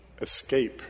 escape